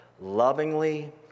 lovingly